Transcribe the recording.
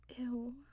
Ew